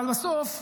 אבל בסוף,